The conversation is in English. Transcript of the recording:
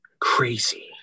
crazy